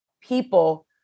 people